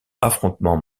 affrontement